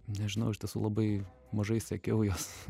nežinau iš tiesų labai mažai sekiau juos